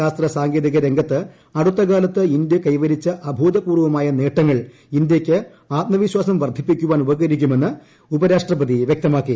ശാസ്ത്ര സാങ്കേതിക രംഗത്ത് അടുത്തകാലത്ത് ഇന്തൃ കൈവരിച്ച അഭൂതപൂർവ്വമായ നേട്ടങ്ങൾ ഇന്ത്യയ്ക്ക് ആത്മവിശ്വാസം വർദ്ധിപ്പിക്കുവാൻ ഉപകരിക്കുമെന്ന് ഉപരാഷ്ട്രപതി വൃക്തമാക്കി